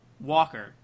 Walker